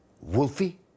Wolfie